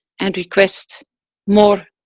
and request more